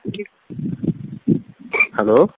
Hello